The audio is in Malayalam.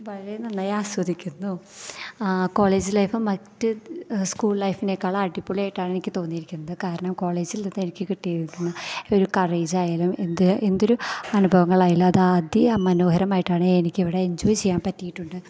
വളരെ നന്നായി ആസ്വദിക്കുന്നു കോളേജ് ലൈഫും മറ്റ് സ്കൂൾ ലൈഫ്നേക്കാളും അടിപൊളിയായിട്ടാണ് എനിക്ക് തോന്നിയിരിക്കുന്നത് കാരണം കോളേജിൽനിന്നും എനിക്ക് കിട്ടിയിരിക്കുന്ന ഒരു കറേജ് ആയാലും എന്ത് എന്തൊരു അനുഭവങ്ങളായാലും അത് അതി മനോഹരമായിട്ടാണ് എനിക്കിവിടെ എൻജോയ് ചെയ്യാൻ പറ്റിയിട്ടുണ്ട്